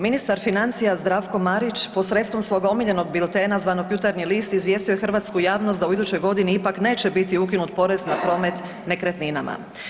Ministar financija Zdravko Marić posredstvom svog omiljeno biltena zvanog Jutarnji list izvijestio je hrvatsku javnost da u idućoj godini ipak neće biti ukinut porez na porez nekretninama.